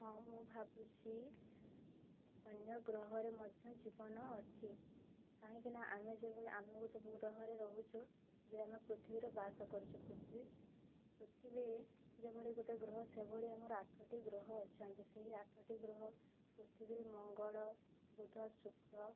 ହଁ ମୁଁ ଭାବୁଛି ଅନ୍ୟ ଗ୍ରହରେ ମଧ୍ୟ ଜୀବନ ଅଛି କାହିଁକିନା ଆମେ ଯେଭଳି ଆମେ ଗୋଟେ ଗ୍ରହରେ ରହୁଛୁ ଯେ ଆମେ ପୃଥିବୀରେ ବାସ କରିଛୁ ପୃଥିବୀ ପୃଥିବୀ ଯେଭଳି ଗୋଟେ ଗ୍ରହ ସେଭଳି ଆମର ଆଠଟି ଗ୍ରହ ଅଛନ୍ତି ସେଇ ଆଠଟି ଗ୍ରହ ପୃଥିବୀ ମଙ୍ଗଳ ବୁଧ ଶୁକ୍ର